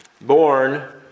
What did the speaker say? born